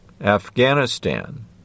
Afghanistan